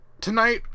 tonight